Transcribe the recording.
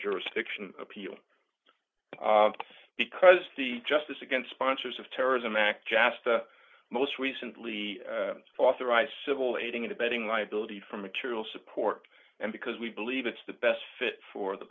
jurisdiction appeal because the justice against sponsors of terrorism act jasta most recently authorized civil aiding and abetting liability for material support and because we believe it's the best fit for the